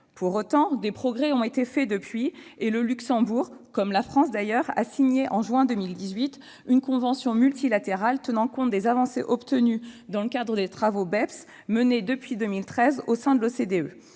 Pour autant, des progrès ont été accomplis depuis. En juin 2018, le Luxembourg- comme la France d'ailleurs -a signé une convention multilatérale tenant compte des avancées obtenues dans le cadre des travaux BEPS, menés depuis 2013 au sein de l'OCDE.